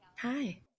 Hi